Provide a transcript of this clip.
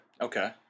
Okay